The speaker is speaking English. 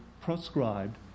proscribed